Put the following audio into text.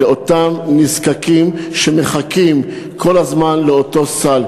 לאותם נזקקים שמחכים כל הזמן לאותו סל.